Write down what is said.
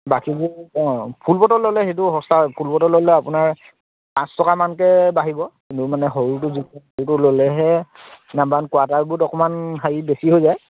বাকীবোৰ অঁ full bottle ল'লে সেইটো সস্তা ফুল বটল ললে আপোনাৰ পাঁচ টকামানকৈ বাঢ়িব কিন্তু মানে সৰুটো যিটো সৰুটো ল'লেহে নাম্বাৰ ওৱান কোৱাটাৰবোৰত অকমান হেৰি বেছি হৈ যায়